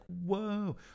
whoa